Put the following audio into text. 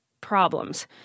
problems